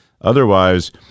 Otherwise